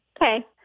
Okay